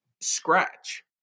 scratch